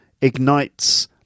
ignites